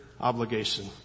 obligation